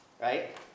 Right